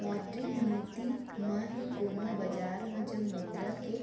मौद्रिक नीति म ही कोनो बजार म जब मुद्रा के